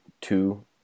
two